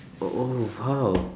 oh !wow!